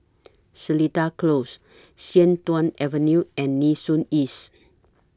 Seletar Close Sian Tuan Avenue and Nee Soon East